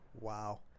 Wow